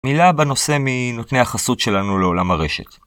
מילה בנושא מנותני החסות שלנו לעולם הרשת.